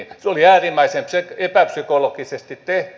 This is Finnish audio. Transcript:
se oli äärimmäisen epäpsykologisesti tehty